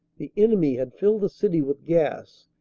the enemy had filled the city with gas,